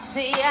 See